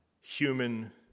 human